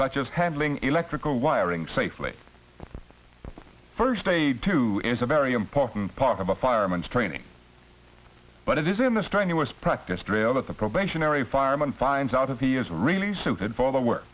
such as handling electrical wiring safely first aid to is a very important part of a fireman's training but it is in the strenuous practice trail that the probationary fireman finds out if he is really suited for the work